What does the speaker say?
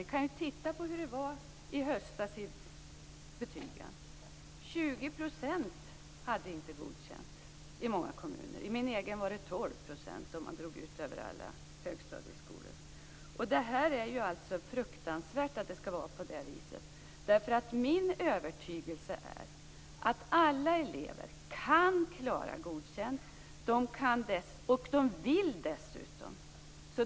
I höstas var det i många kommuner 20 % av eleverna som inte hade godkänt. I min egen var det 12 % om man slår ut det över alla högstadieskolor. Det är fruktansvärt att det skall vara på det här viset. Min övertygelse är att alla elever kan klara av att få godkänt, och de vill det dessutom.